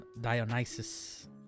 Dionysus